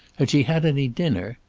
had she had any dinner?